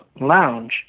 lounge